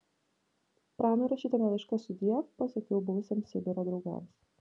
pranui rašytame laiške sudiev pasakiau buvusiems sibiro draugams